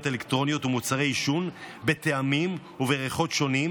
אלקטרוניות ומוצרי עישון בטעמים ובריחות שונים,